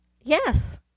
Yes